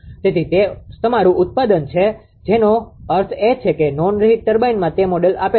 તેથી તે તમારું ઉત્પાદન છે જેનો અર્થ એ છે કે નોન રીહિટ ટર્બાઇનમાં તે મોડેલ આપેલ છે